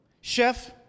chef